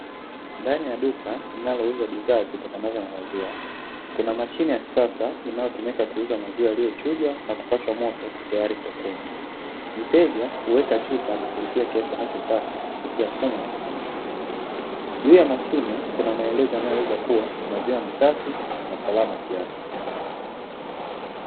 Ndani ya duka linalouza bidhaa zitokanazo na maziwa, kuna mashine ya kisasa inayotumika kuuza maziwa yaliyochujwa, na kupasha moto tayari kwa kunywa. Mteja huweka chupa na kulipia kiasi anachotaka, kupitia mfumo wa kiautomatiki. Juu ya mashine kuna maelezo yanayoeleza kuwa, maziwa ni safi na salama kiafya.